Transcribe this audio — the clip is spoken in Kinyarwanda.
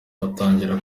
batangira